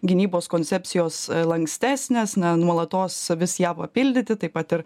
gynybos koncepcijos lankstesnės na nuolatos vis ją papildyti taip pat ir